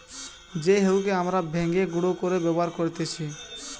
যেই গেহুকে হামরা ভেঙে গুঁড়ো করে ব্যবহার করতেছি